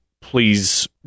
please